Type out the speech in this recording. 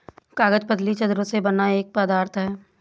कागज पतली चद्दरों से बना एक पदार्थ है